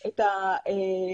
אדוני,